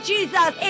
Jesus